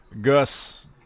Gus